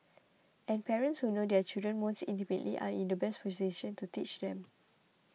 and parents who know their children most intimately are in the best position to teach them